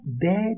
dead